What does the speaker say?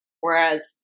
Whereas